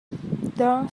dong